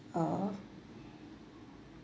a